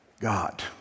God